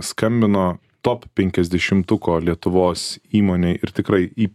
skambino top penkiasdešimtuko lietuvos įmonei ir tikrai į